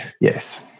Yes